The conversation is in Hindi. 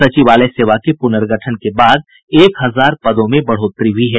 सचिवालय सेवा के पूनर्गठन के बाद एक हजार पदों में बढ़ोतरी हुई है